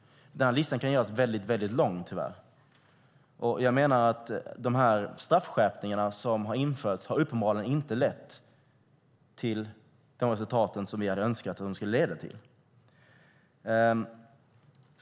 Denna lista kan tyvärr göras väldigt lång. Jag menar att de straffskärpningar som har införts uppenbarligen inte har lett till de resultat som vi hade önskat att de skulle leda till.